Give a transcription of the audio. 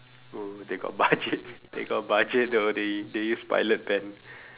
oh they got budget they got budget though they they use pilot pen